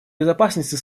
безопасности